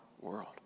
world